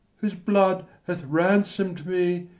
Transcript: whose blood hath ransom'd me,